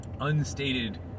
unstated